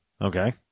Okay